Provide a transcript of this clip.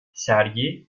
sergi